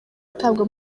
atabwa